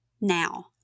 now